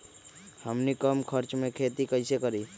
हमनी कम खर्च मे खेती कई से करी?